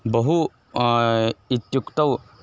बहु इत्युक्तौ